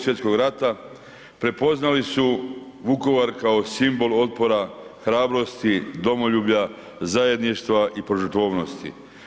Svjetskog rata prepoznali su Vukovar kao simbol otpora, hrabrosti, domoljublja, zajedništva i požrtvovanosti.